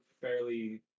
fairly